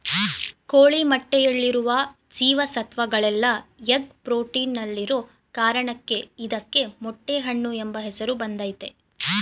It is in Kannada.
ಕೋಳಿ ಮೊಟ್ಟೆಯಲ್ಲಿರುವ ಜೀವ ಸತ್ವಗಳೆಲ್ಲ ಎಗ್ ಫ್ರೂಟಲ್ಲಿರೋ ಕಾರಣಕ್ಕೆ ಇದಕ್ಕೆ ಮೊಟ್ಟೆ ಹಣ್ಣು ಎಂಬ ಹೆಸರು ಬಂದಯ್ತೆ